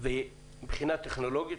מבחינה טכנולוגית,